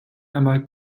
einmal